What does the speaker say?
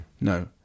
No